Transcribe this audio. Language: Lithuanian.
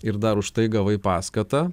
ir dar už tai gavai paskatą